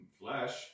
flesh